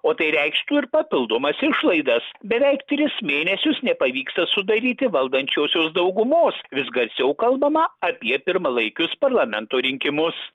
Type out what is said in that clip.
o tai reikštų ir papildomas išlaidas beveik tris mėnesius nepavyksta sudaryti valdančiosios daugumos vis garsiau kalbama apie pirmalaikius parlamento rinkimus